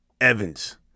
Evans